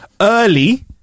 early